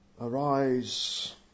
Arise